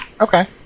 Okay